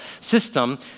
system